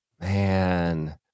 Man